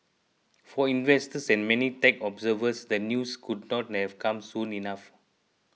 for investors and many tech observers the news could not have come soon enough